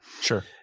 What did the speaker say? Sure